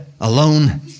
alone